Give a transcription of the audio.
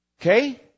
Okay